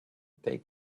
take